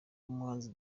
umuhanzi